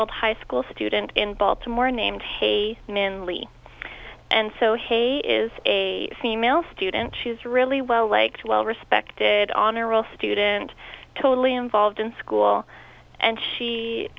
old high school student in baltimore named hey man lee and so hey is a scene male student she's really well liked well respected honor roll student totally involved in school and she